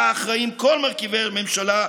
שלה אחראים כל מרכיבי הממשלה,